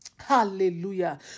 Hallelujah